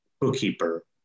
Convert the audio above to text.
bookkeeper